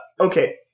Okay